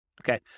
Okay